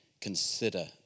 consider